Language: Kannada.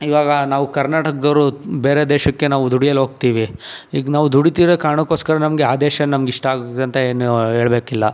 ಇವಾಗ ನಾವು ಕರ್ನಾಟಕದವ್ರು ಬೇರೆ ದೇಶಕ್ಕೆ ನಾವು ದುಡಿಯಲು ಹೋಗ್ತೀವಿ ಈಗ ನಾವು ದುಡಿತಿರೋ ಕಾರಣಕ್ಕೋಸ್ಕರ ನಮಗೆ ಆ ದೇಶ ನಮ್ಗೆ ಇಷ್ಟ ಆಗಬೇಕಂತ ಏನೂ ಹೇಳ್ಬೇಕಿಲ್ಲ